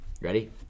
ready